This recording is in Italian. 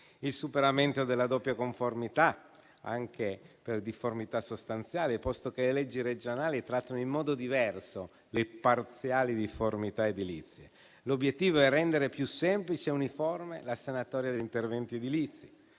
dal superamento della doppia conformità, anche per difformità sostanziali, posto che le leggi regionali trattano in modo diverso le parziali difformità edilizie, l'obiettivo è rendere più semplice e uniforme la sanatoria degli interventi edilizi.